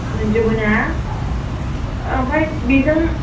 मोनजोबो ना औ ओमफ्राय बेजों